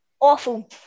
awful